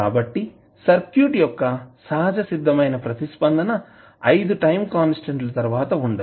కాబట్టి సర్క్యూట్ యొక్క సహజసిద్ధమైన ప్రతిస్పందన 5 టైం కాన్స్టాంట్ ల తర్వాత ఉండదు